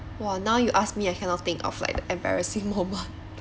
!wah! now you ask me I cannot think of like the embarrassing moment